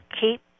keep